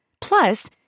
Plus